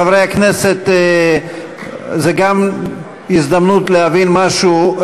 חברי הכנסת, זו גם הזדמנות להבין משהו.